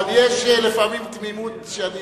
אבל יש לפעמים תמימות, שאני